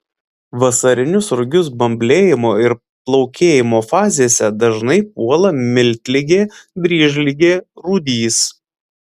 vasarinius rugius bamblėjimo ir plaukėjimo fazėse dažnai puola miltligė dryžligė rūdys